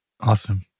awesome